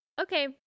okay